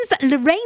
Lorraine